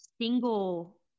single